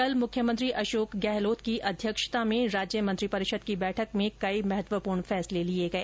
कल मुख्यमंत्री अशोक गहलोत की अध्यक्षता में राज्य मंत्री परिषद की बैठक में कई महत्व्यपर्ण फैसले लिए गए